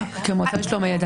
כמועצה לשלום הילד,